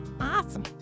Awesome